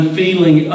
feeling